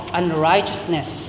unrighteousness